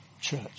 church